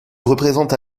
représente